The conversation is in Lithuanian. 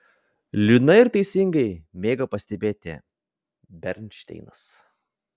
liūdnai ir teisingai mėgo pastebėti bernšteinas